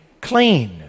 Clean